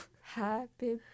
Happy